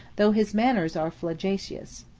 though his manners are flagitious.